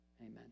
amen